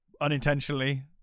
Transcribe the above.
unintentionally